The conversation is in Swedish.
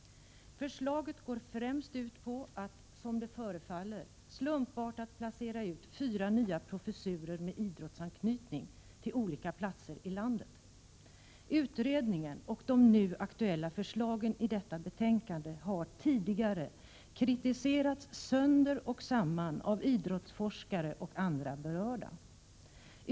Förslaget går främst ut på att — som det förefaller — slumpartat placera ut fyra nya professurer med idrottsanknytning till olika platser i landet. Utredningen och de nu aktuella förslagen i detta betänkande har tidigare kritiserats sönder och samman av idrottsforskare och andra berörda.